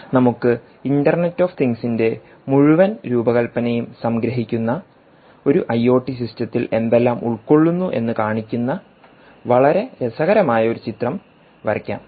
നമുക്ക് internet of തിംഗ്സിൻറെ മുഴുവൻ രൂപകൽപ്പനയും സംഗ്രഹിക്കുന്ന ഒരു ഐഒടി സിസ്റ്റത്തിൽ എന്തെല്ലാം ഉൾക്കൊള്ളുന്നു എന്ന് കാണിക്കുന്ന വളരെ രസകരമായ ഒരു ചിത്രം വരയ്ക്കാം